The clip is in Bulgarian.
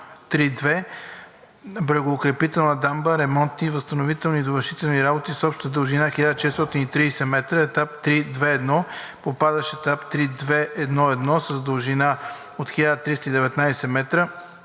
„Брегоукрепителна дамба – ремонтни, възстановителни и довършителни работи с обща дължина 1430 метра, етап III.2.1, попадащ етап ГО.2.1.1“ с дължина от 1319 метра